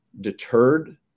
deterred